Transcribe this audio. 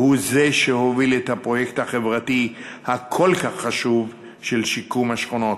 והוא שהוביל את הפרויקט החברתי הכל-כך חשוב של שיקום השכונות.